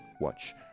Watch